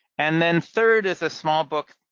and then third is a small book